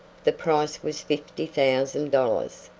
the price was fifty thousand dollars,